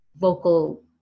vocal